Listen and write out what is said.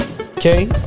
Okay